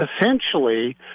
essentially